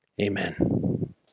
amen